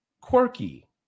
quirky